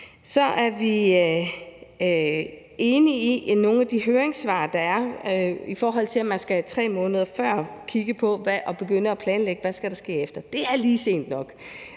Så er vi enige i nogle af de høringssvar, der er, om, at man 3 måneder før skal kigge på og begynde at planlægge, hvad der skal ske bagefter. Det er lige sent nok.